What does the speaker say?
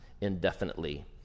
indefinitely